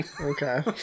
Okay